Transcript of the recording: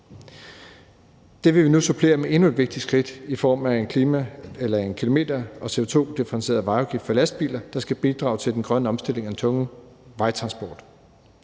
Det vil vi nu supplere med endnu et vigtigt skridt i form af en kilometer- og CO2-differentieret vejafgift for lastbiler, der skal bidrage til den grønne omstilling af den tunge vejtransport.